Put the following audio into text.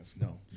no